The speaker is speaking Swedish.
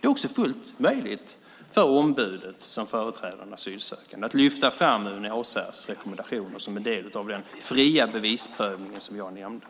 Det är också fullt möjligt för ombudet som företräder en asylsökande att lyfta fram UNHCR:s rekommendationer som en del av den fria bevisprövning som jag nämnde.